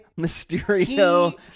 Mysterio